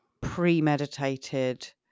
premeditated